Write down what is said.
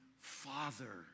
Father